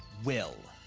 will.